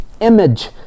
image